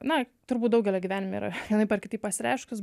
na turbūt daugelio gyvenime yra vienaip ar kitaip pasireiškus